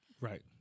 Right